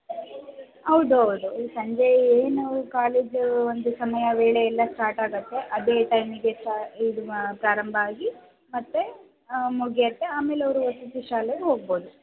ಹೌದು ಹೌದು ಸಂಜೆ ಏನು ಕಾಲೇಜು ಒಂದು ಸಮಯ ವೇಳೆ ಎಲ್ಲ ಸ್ಟಾರ್ಟಾಗತ್ತೆ ಅದೇ ಟೈಮಿಗೆ ಇದು ಪ್ರಾರಂಭ ಆಗಿ ಮತ್ತೆ ಮುಗಿಯತ್ತೆ ಆಮೇಲೆ ಅವರು ವಸತಿ ಶಾಲೆಗೆ ಹೋಗ್ಬೋದು